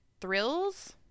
Thrills